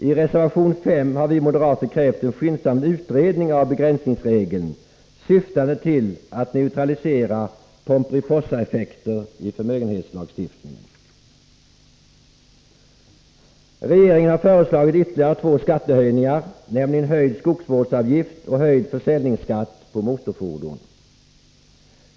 I reservation 5 har vi moderater krävt en skyndsam utredning av begränsningsregeln, syftande till att neutralisera ”Pomperipossaeffekter” i förmögenhetslagstiftningen. Regeringen har föreslagit ytterligare två skattehöjningar, nämligen höjd skogsvårdsavgift och höjd försäljningsskatt på motorfordon.